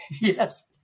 Yes